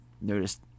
noticed